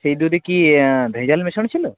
সেই দুধে কি ভেজাল মেশানো ছিল